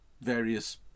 various